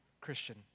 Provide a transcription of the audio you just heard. Christian